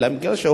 אלא מפני שהוא